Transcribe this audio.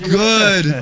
good